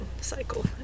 cycle